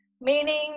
meaning